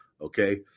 Okay